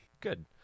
Good